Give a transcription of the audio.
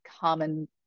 common